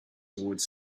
toward